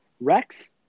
Rex